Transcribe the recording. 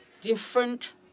different